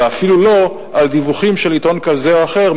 ואפילו לא על דיווחים של עיתון כזה או אחר,